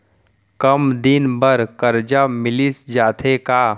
कम दिन बर करजा मिलिस जाथे का?